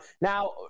Now